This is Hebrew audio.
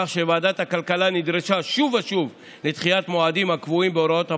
כך שוועדת הכלכלה נדרשה שוב ושוב לדחיית המועדים הקבועים בהוראות המעבר.